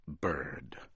bird